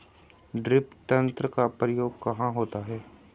Drip तंत्र का उपयोग कहाँ होता है?